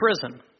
prison